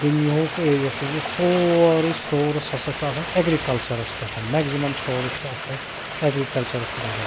دُنیِہُک یہِ ہَسا یہِ سورُے سورٕس ہَسا چھُ آسان اٮ۪گرِکَلچَرَس پٮ۪ٹھ مٮ۪گزِمَم سورٕس چھُ اَتھ مَنٛز اٮ۪گرِکَلچَرَس پٮ۪ٹھ آسان